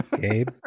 Gabe